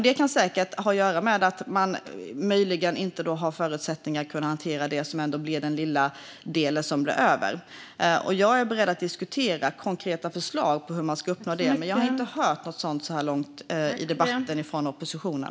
Det kan säkert ha att göra med att man möjligen inte har förutsättningar att hantera den lilla del som blir över. Jag är beredd att diskutera konkreta förslag på hur man ska uppnå detta, men jag har inte hört något sådant så här långt i debatten från oppositionen.